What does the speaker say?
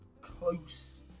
close